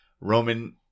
Roman